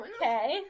Okay